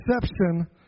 perception